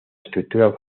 estructura